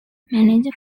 manager